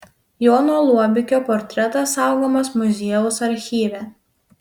jono luobikio portretas saugomas muziejaus archyve